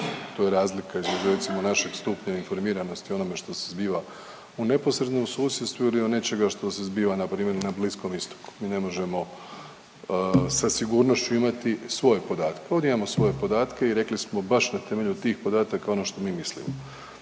to je razlika između recimo našeg stupnja informiranosti o onome što se zbiva u neposrednom susjedstvu ili od nečega što se zbiva npr. na Bliskom Istoku, mi ne možemo sa sigurnošću imati svoje podatke, ovdje imamo svoje podatke i rekli smo baš na temelju tih podataka ono što mi mislimo.